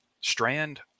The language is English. Strand